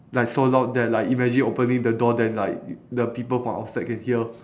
like so loud that like imagine opening the door then like the people from outside can hear